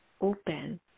open